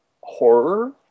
horror